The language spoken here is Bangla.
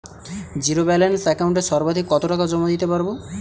জীরো ব্যালান্স একাউন্টে সর্বাধিক কত টাকা জমা দিতে পারব?